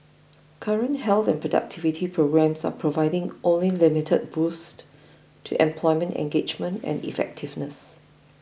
current health and productivity programmes are providing only limited boosts to employment engagement and effectiveness